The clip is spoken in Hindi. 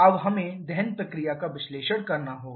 अब हमें दहन प्रक्रिया का विश्लेषण करना होगा